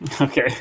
Okay